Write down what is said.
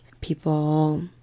people